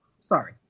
Sorry